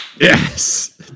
Yes